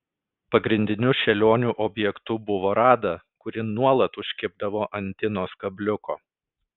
pagrindiniu šėlionių objektu buvo rada kuri nuolat užkibdavo ant tinos kabliuko